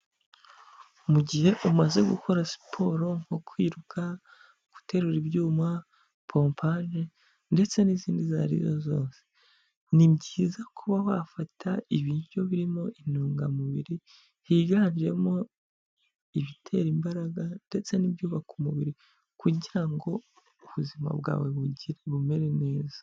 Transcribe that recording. Mu gihe umaze gukora siporo nko kwiruka, guterura ibyuma, pompaje, ndetse n'izindi izo arizo zose. Ni byiza kuba wafata ibiryo birimo intungamubiri higanjemo ibitera imbaraga, ndetse n'ibyubaka umubiri kugira ngo ubuzima bwawe bugire bumere neza.